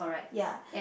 ya